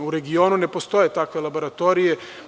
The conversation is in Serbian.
U regionu ne postoje takve laboratorije.